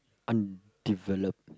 undeveloped